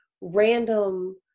random